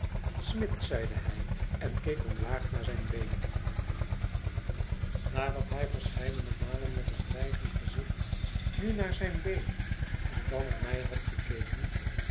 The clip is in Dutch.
smid zeide hij en keek omlaag naar zijn been nadat hij verscheidene malen met een dreigend gezicht nu naar zijn been en dan naar mij had gekeken